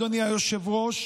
אדוני היושב-ראש,